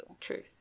Truth